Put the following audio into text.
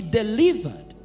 delivered